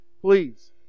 Please